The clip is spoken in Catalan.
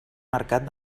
mercat